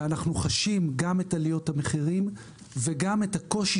ואנחנו חשים גם את עליות המחירים וגם את הקושי